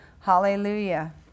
Hallelujah